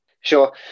Sure